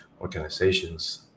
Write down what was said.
organizations